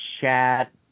chat